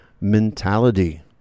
mentality